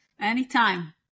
Anytime